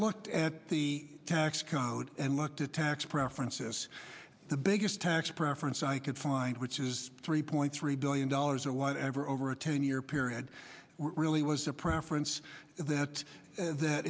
looked at the tax code and looked at tax preferences as the biggest tax preference i could find which is three point three billion dollars or whatever over a ten year period really was a preference that